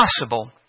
possible